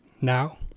now